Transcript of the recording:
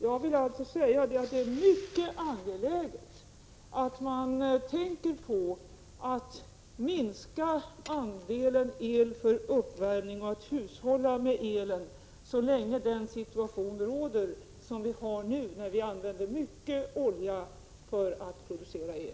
Jag vill alltså säga att det är mycket angeläget att tänka på att minska andelen el för uppvärmning och att hushålla med elen så länge den situation råder som vi har nu, när vi använder mycket olja för att producera el.